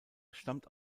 stammt